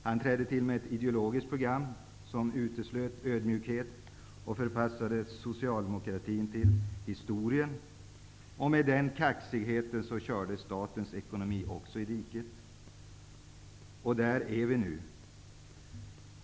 Den trädde till med ett ideologiskt program som uteslöt ödmjukhet och förpassade socialdemokratin till historien. Med den kaxigheten kördes statens ekonomi också i diket. Där är vi nu.